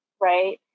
right